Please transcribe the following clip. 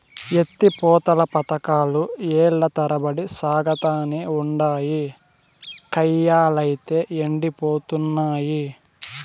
ఎత్తి పోతల పదకాలు ఏల్ల తరబడి సాగతానే ఉండాయి, కయ్యలైతే యెండిపోతున్నయి